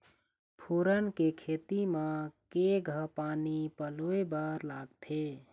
फोरन के खेती म केघा पानी पलोए बर लागथे?